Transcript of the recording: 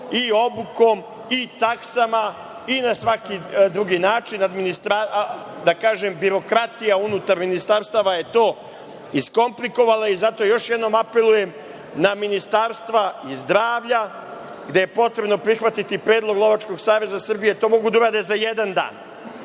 i obukom i taksama i na svaki drugi način, da kažem birokratija unutar ministarstava je to iskomplikovala. Zato još jednom apelujem na Ministarstvo zdravlja gde je potrebno prihvatiti predlog Lovačkog saveza Srbije, to mogu da urade za jedan dan,